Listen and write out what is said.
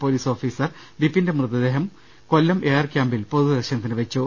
police officer വിപിന്റെ മൃതദേഹം Kollam A R ക്യാമ്പിൽ പൊതുദർശനത്തിന് വച്ചു